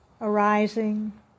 arising